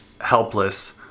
helpless